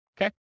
Okay